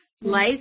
Life